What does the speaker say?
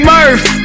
Murph